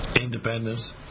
independence